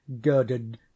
girded